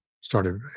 started